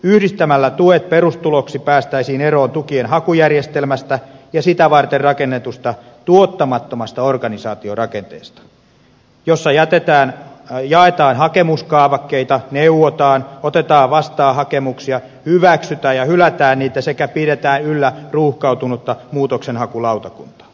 yhdistämällä tuet perustuloksi päästäisiin eroon tukien hakujärjestelmästä ja sitä varten rakennetusta tuottamattomasta organisaatiorakenteesta jossa jaetaan hakemuskaavakkeita neuvotaan otetaan vastaan hakemuksia hyväksytään ja hylätään niitä sekä pidetään yllä ruuhkautunutta muutoksenhakulautakuntaa